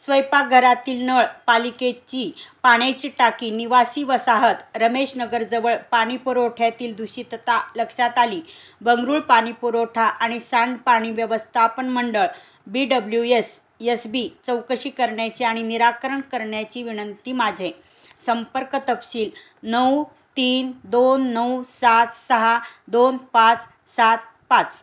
स्वयंपाकघरातील नळ पालिकेची पाण्याची टाकी निवासी वसाहत रमेश नगरजवळ पाणी पुरवठ्यातील दूषितता लक्षात आली बंगळुरू पाणी पुरवठा आणि सांडपाणी व्यवस्थापन मंडळ B W S S B चौकशी करण्याची आणि निराकरण करण्याची विनंती माझे संपर्क तपशील नऊ तीन दोन नऊ सात सहा दोन पाच सात पाच